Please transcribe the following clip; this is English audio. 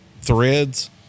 Threads